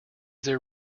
there